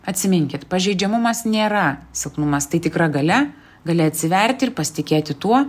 atsiminkit pažeidžiamumas nėra silpnumas tai tikra galia gali atsiverti ir pasitikėti tuo